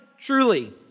truly